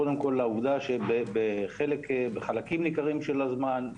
קודם כל לעובדה שבחלקים ניכרים של הזמן,